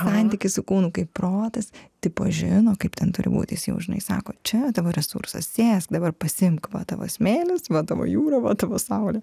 santykis su kūnu kaip protas tipo žino kaip ten turi būt jis jau žinai sako čia tavo resursas sėsk dabar pasiimk va tavo smėlis va tavo jūra va tavo saulė